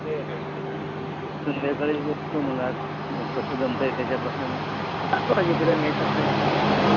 होय होय संध्याकाळी येतो मग आज कसं जमतं आहे त्याच्याप्रमाणे सात वाजेपर्यंत यायचा प्रयत्न करतो